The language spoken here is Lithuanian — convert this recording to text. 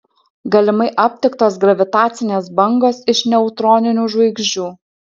galimai aptiktos gravitacinės bangos iš neutroninių žvaigždžių